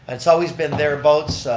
and so always been thereabouts.